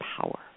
power